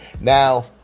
Now